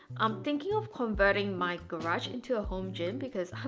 i'm thinking of converting my garage into a home gym because